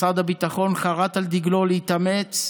משרד הביטחון חרת על דגלו להתאמץ,